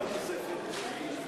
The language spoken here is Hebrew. סעיפים 31 45 נתקבלו.